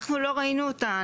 אנחנו לא ראינו אותה.